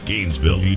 Gainesville